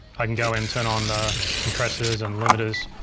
i can go and turn on compressors and limiters.